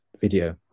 video